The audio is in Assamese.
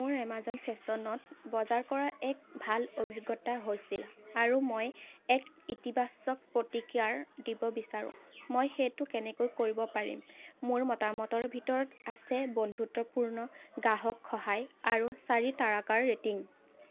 মোৰ এমাজন ফেশ্বনত বজাৰ কৰাৰ এক ভাল অভিজ্ঞতা হৈছিল আৰু মই এক ইতিবাচক প্ৰতিক্ৰিয়া দিব বিচাৰোঁ মই সেইটো কেনেকৈ কৰিব পাৰিম মোৰ মতামতৰ ভিতৰত আছে বন্ধুত্বপূৰ্ণ গ্ৰাহক সহায় আৰু চাৰি তাৰকাৰ ৰেটিং